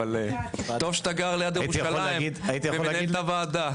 טוב שאתה גר ליד ירושלים ומנהל את הוועדה.